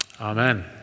Amen